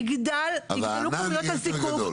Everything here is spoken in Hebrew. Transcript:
יגדלו כמויות הזיקוק,